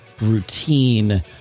routine